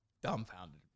dumbfounded